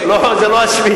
לא, זה לא על שמי.